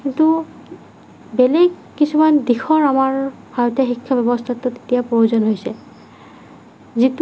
কিন্তু বেলেগ কিছুমান দিশৰ আমাৰ ভাৰতীয় শিক্ষা ব্যৱস্থাটোত এতিয়া প্ৰয়োজন হৈছে